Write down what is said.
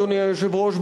אדוני היושב-ראש,